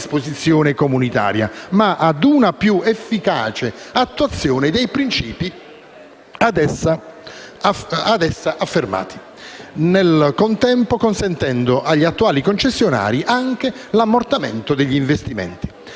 ma ad una più efficace attuazione (...) dei principi da essa affermati, nel contempo consentendo agli attuali concessionari anche l'ammortamento degli investimenti».